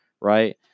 right